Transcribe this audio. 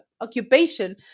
occupation